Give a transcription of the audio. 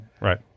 Right